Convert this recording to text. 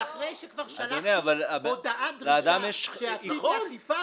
אבל אחרי שכבר שלחתי הודעת --- שעשיתי אכיפה,